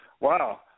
Wow